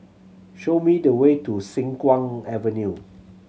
show me the way to Siang Kuang Avenue